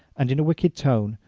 and in a wicked tone,